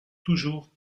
toujours